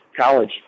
college